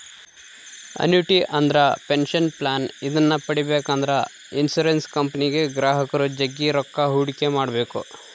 annuity ಅಂದ್ರೆ pension plan ಇದನ್ನ ಪಡೆಬೇಕೆಂದ್ರ ಇನ್ಶುರೆನ್ಸ್ ಕಂಪನಿಗೆ ಗ್ರಾಹಕರು ಜಗ್ಗಿ ರೊಕ್ಕ ಹೂಡಿಕೆ ಮಾಡ್ಬೇಕು